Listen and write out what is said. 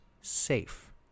safe